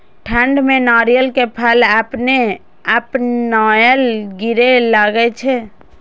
ठंड में नारियल के फल अपने अपनायल गिरे लगए छे?